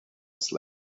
slept